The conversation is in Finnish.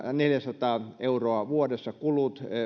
neljäsataa euroa vuodessa